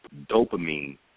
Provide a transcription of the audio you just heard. dopamine